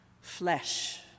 Flesh